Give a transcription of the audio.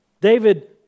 David